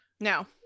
No